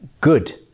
good